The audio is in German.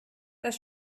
das